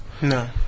No